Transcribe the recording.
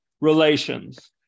relations